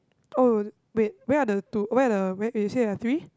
oh wait where are the two where are the where you said there are three